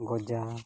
ᱜᱚᱡᱟ